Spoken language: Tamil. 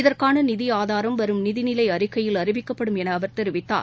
இதற்கான நிதி ஆதாரம் வரும் நிதிநிலை அறிக்கையில் அறிவிக்கப்படும் என அவர் தெரிவித்தார்